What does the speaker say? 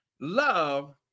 Love